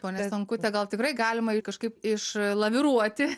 ponia stankute gal tikrai galima ir kažkaip iš laviruoti